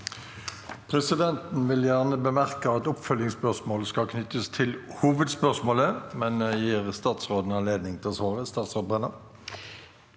Presidenten vil gjerne be- merke at oppfølgingsspørsmål skal knyttes til hovedspørsmålet, men statsråden gis anledning til å svare.